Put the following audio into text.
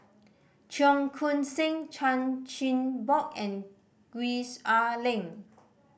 Cheong Koon Seng Chan Chin Bock and Gwees Ah Leng